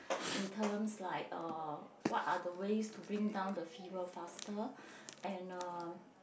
in terms like uh what are the ways to bring down the fever faster and um